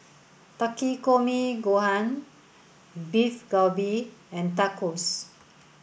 Takikomi Gohan Beef Galbi and Tacos